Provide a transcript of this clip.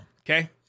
Okay